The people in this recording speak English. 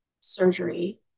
surgery